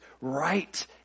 right